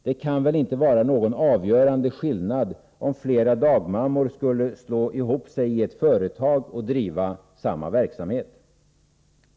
Det kan väl inte vara någon avgörande skillnad om flera dagmammor skulle slå ihop sig i ett företag och driva samma verksamhet.